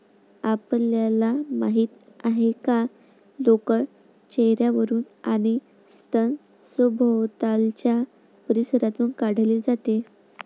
आपल्याला माहित आहे का लोकर चेहर्यावरून आणि स्तन सभोवतालच्या परिसरातून काढले जाते